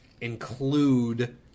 include